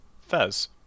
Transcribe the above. Fez